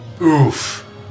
Oof